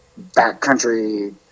backcountry